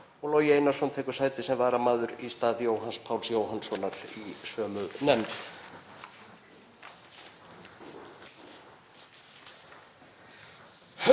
og Logi Einarsson taki sæti sem varamaður í stað Jóhanns Páls Jóhannssonar í sömu nefnd.